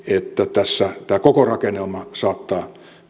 tämä koko rakennelma saattaa